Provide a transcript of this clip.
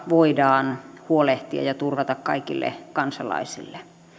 voidaan huolehtia ja turvata ne kaikille kansalaisille